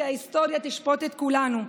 כי ההיסטוריה תשפוט את כולנו.